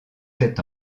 cet